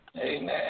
Amen